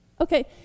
Okay